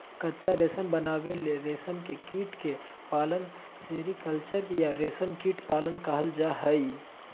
कच्चा रेशम बनावे ले रेशम के कीट के पालन सेरीकल्चर या रेशम कीट पालन कहल जा हई